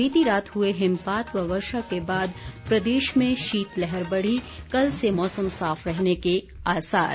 बीती रात हुए हिमपात व वर्षा के बाद प्रदेश में शीतलहर बढ़ी कल से मौसम साफ रहने के आसार